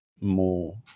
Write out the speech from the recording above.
More